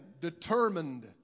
determined